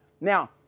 Now